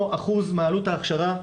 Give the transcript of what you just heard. או אחוז מעלות ההכשרה,